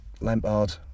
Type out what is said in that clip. Lampard